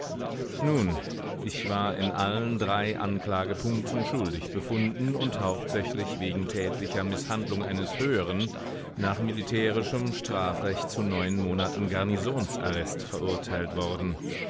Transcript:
nun ich war in allen drei anklagepunkten schuldig befunden und hauptsächlich wegen tätlicher mißhandlung eines höheren nach militärischem strafrecht zu neun monaten garnisonsarrest verurteilt worden